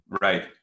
Right